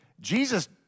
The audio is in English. Jesus